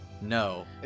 No